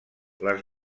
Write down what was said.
les